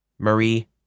Marie